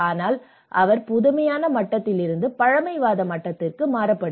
ஆனால் அவை புதுமையான மட்டத்திலிருந்து பழமைவாத மட்டத்திற்கு மாறுபடும்